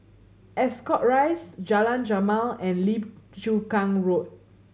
Ascot Rise Jalan Jamal and Lim Chu Kang Road